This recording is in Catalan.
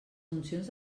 funcions